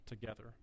together